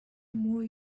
more